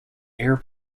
air